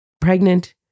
pregnant